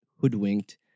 hoodwinked